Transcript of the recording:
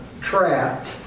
trapped